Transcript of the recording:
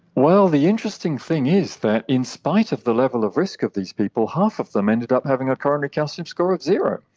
well, the interesting thing is that in spite of the level of risk of these people, half of them ended up having a coronary calcium score of zero,